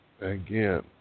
again